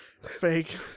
Fake